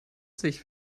sich